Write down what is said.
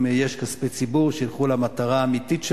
אם יש כספי ציבור, שילכו למטרה האמיתית שלהם,